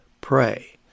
pray